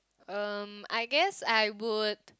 um I guess I would